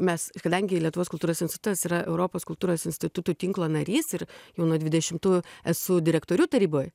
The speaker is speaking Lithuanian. mes kadangi lietuvos kultūros insutas yra europos kultūros institutų tinklo narys ir jau nuo dvidešimtųjų esu direktorių taryboj